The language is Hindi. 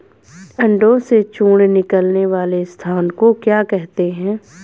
अंडों से चूजे निकलने वाले स्थान को क्या कहते हैं?